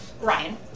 Ryan